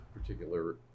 particular